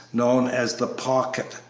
known as the pocket,